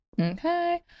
Okay